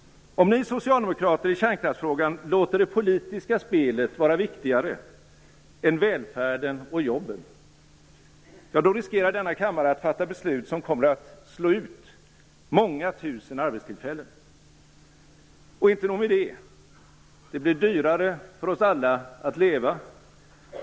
Om ni socialdemokrater i kärnkraftsfrågan låter det politiska spelet vara viktigare än välfärden och jobben, riskerar denna kammare att fatta beslut som kommer att slå ut många tusen arbetstillfällen. Men inte nog med det: Det blir dyrare för oss alla att leva.